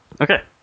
Okay